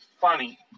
funny